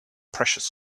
precious